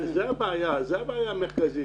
זו הבעיה המרכזית,